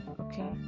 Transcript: Okay